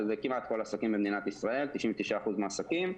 שזה כמעט כל העסקים במדינת ישראל 99% מהעסקים.